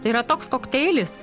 tai yra toks kokteilis